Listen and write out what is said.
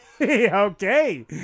Okay